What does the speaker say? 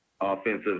offensive